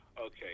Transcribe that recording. Okay